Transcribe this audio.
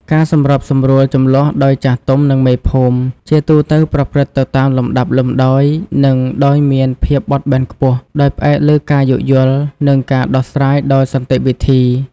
ការសម្របសម្រួលជម្លោះដោយចាស់ទុំ និងមេភូមិ ជាទូទៅប្រព្រឹត្តទៅតាមលំដាប់លំដោយ និងដោយមានភាពបត់បែនខ្ពស់ ដោយផ្អែកលើការយោគយល់ និងការដោះស្រាយដោយសន្តិវិធី។